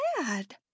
mad